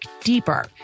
deeper